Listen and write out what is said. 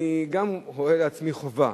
אני גם רואה לעצמי חובה